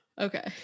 okay